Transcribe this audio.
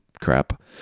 crap